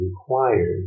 required